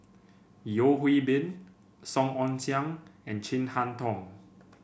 Yeo Hwee Bin Song Ong Siang and Chin Harn Tong